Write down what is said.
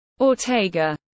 Ortega